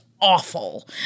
Awful